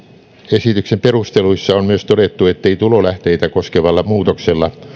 esityksen perusteluissa on myös todettu ettei tulolähteitä koskevalla muutoksella